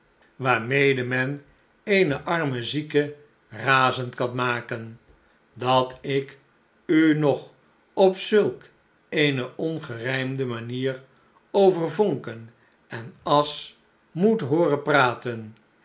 waarmede men eene arme zieke razend kan maken dat ik u nu nog op zulk eene ongerijmde manier over vonken en asch moet hooren praten